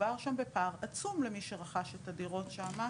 מדובר שם בפער עצום למי שרכש את הדירות שם,